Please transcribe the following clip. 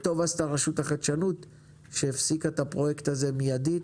טוב עשתה רשות החדשנות שהפסיקה מייד את הפרויקט הזה.